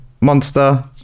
monster